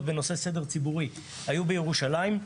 בנושא הסדר הציבורי היו בירושלים,